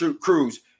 cruz